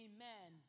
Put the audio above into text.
Amen